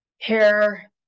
hair